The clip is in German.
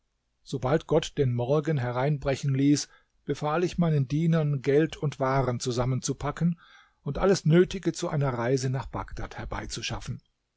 sobald gott den morgen hereinbrechen ließ befahl ich meinen dienern geld und waren zusammenzupacken und alles nötige zu einer reise nach bagdad herbeizuschaffen